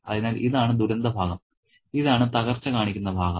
അതിനാൽ ഇതാണ് ദുരന്തഭാഗം ഇതാണ് തകർച്ച കാണിക്കുന്ന ഭാഗം